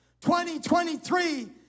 2023